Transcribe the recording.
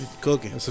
Cooking